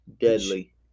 deadly